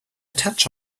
touch